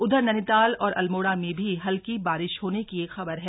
उधर नैनीताल और अल्मोड़ा में भी हल्की बारिश होने की खबर है